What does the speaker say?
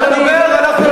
תמשיך להגן על הנמלים, אתה